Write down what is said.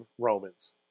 Romans